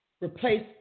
replace